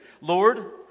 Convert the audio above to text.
Lord